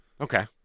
Okay